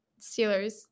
Steelers